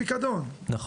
ופיקדון.